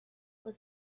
was